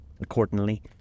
Accordingly